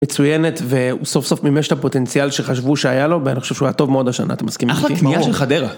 מצויינת וסוף סוף ממש את הפוטנציאל שחשבו שהיה לו, ואני חושב שהוא היה טוב מאוד השנה, את מסכימה איתי? אחלה קנייה של חדרה.